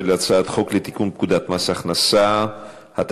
הצעת חוק לתיקון פקודת מס הכנסה (מס' 218),